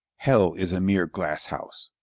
hell is a mere glass-house,